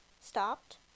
Stopped